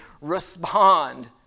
respond